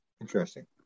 Interesting